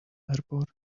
airport